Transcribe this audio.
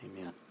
Amen